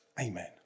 Amen